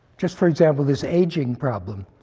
just for example, this aging problem,